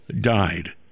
died